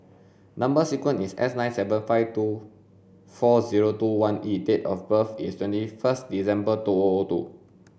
number sequence is S nine seven five four zero two one E and date of birth is twenty first December two O O two